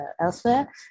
elsewhere